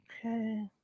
Okay